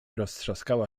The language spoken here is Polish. rozstrzaskała